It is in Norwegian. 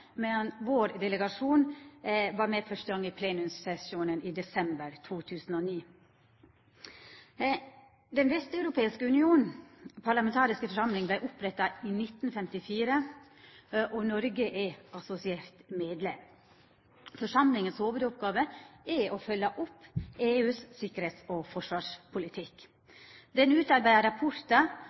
medan vår delegasjon var med fyrste gong i plenumssesjonen i desember 2009. Den vesteuropeiske unions parlamentariske forsamling vart oppretta i 1954, og Noreg er assosiert medlem. Forsamlingas hovudoppgåve er å følgja opp EUs tryggings- og forsvarspolitikk. Den utarbeider rapportar